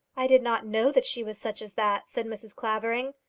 i did not know that she was such as that, said mrs. clavering.